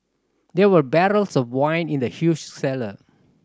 there were barrels of wine in the huge cellar